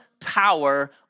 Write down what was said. power